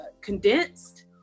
condensed